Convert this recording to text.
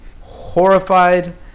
Horrified